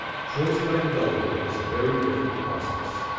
choice by development is a very different process.